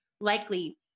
likely